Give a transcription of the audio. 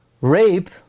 rape